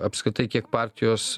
apskritai kiek partijos